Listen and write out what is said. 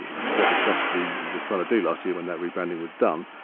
what the strategy was trying to do last year, when that rebranding was done,